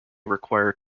require